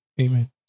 Amen